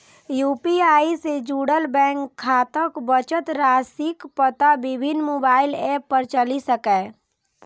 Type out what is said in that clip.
UPI सं जुड़ल bank खाताक बचत राशिक पता विभिन्न मोबाइल एप सं चलि सकैए